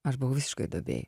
aš buvau visiškoj duobėj